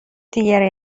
دیگری